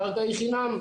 הקרקע היא חינם.